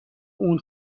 اون